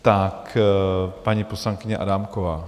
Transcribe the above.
Tak paní poslankyně Adámková.